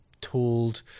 told